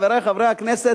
חברי חברי הכנסת,